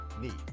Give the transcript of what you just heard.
need